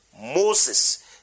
Moses